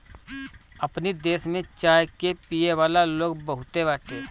अपनी देश में चाय के पियेवाला लोग बहुते बाटे